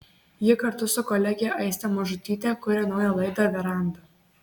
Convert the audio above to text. ji kartu su kolege aiste mažutyte kuria naują laidą veranda